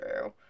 true